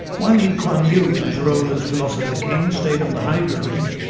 while lee kwan yew, in his role as philosopher-king, stayed on the high ground,